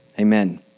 Amen